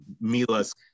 Mila's